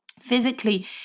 physically